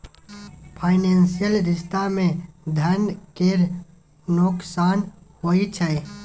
financial रिश्ता मे धन केर नोकसान होइ छै